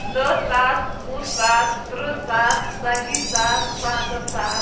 دٔہ ساس وُہ ساس تٕرٛہ ساس ژَتجی ساس پنٛژاہ ساس